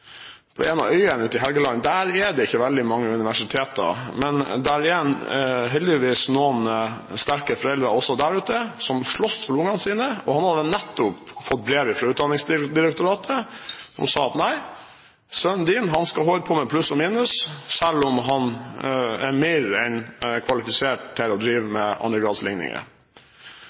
Der er det ikke veldig mange universiteter, men det er heldigvis noen sterke foreldre også der ute som slåss for ungene sine. Han hadde nettopp fått brev fra Utdanningsdirektoratet, som sa: Nei, sønnen din skal holde på med pluss og minus, selv om han er mer enn kvalifisert til å drive med